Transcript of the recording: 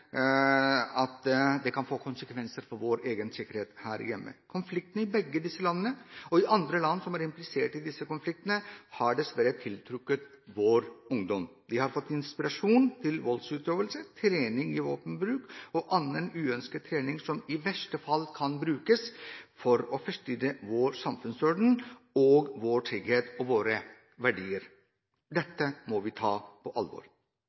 at det kan få konsekvenser for vår egen sikkerhet her hjemme. Konfliktene i begge disse landene og i andre land som er implisert i disse konfliktene, har dessverre tiltrukket vår ungdom. De har fått inspirasjon til voldsutøvelse, trening i våpenbruk og annen uønsket trening som i verste fall kan brukes til å forstyrre vår samfunnsorden, vår trygghet og våre verdier. Dette må vi ta på alvor.